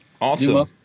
Awesome